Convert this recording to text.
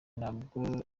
nabwo